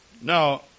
Now